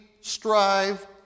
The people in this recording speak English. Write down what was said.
strive